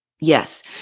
Yes